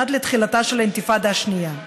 עד לתחילתה של האינתיפאדה השנייה.